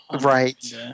Right